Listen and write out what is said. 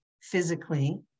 physically